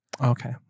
Okay